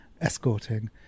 escorting